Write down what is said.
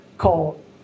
called